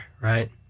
right